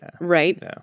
Right